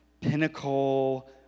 pinnacle